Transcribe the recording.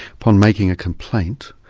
upon making a complaint,